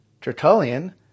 Tertullian